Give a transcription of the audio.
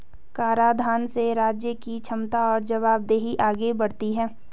कराधान से राज्य की क्षमता और जवाबदेही आगे बढ़ती है